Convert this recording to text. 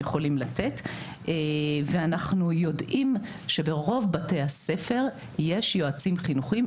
יכולים לתת ואנחנו יודעים שברוב בתי הספר יש יועצים חינוכיים,